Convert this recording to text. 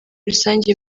rusange